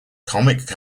comic